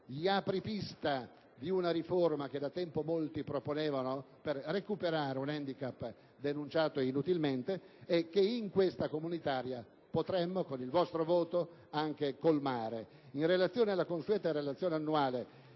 gli apripista di una riforma che da tempo molti proponevano per recuperare un *handicap* denunciato inutilmente e che in questa comunitaria potremmo con il vostro voto anche colmare. In merito alla consueta Relazione annuale